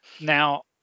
Now